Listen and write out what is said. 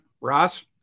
ross